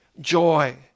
joy